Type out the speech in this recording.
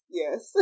yes